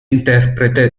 interprete